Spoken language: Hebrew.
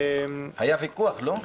היה ויכוח, לא?